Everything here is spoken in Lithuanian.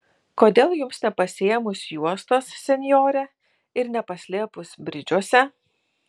kodėl jums nepasiėmus juostos senjore ir nepaslėpus bridžuose